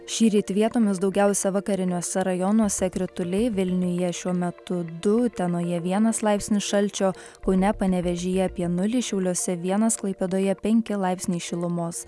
šįryt vietomis daugiausia vakariniuose rajonuose krituliai vilniuje šiuo metu du utenoje vienas laipsnis šalčio kaune panevėžyje apie nulį šiauliuose vienas klaipėdoje penki laipsniai šilumos